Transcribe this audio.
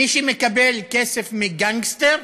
מי שמקבל כסף מגנגסטר,